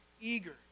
eager